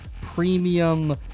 premium